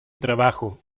trabajo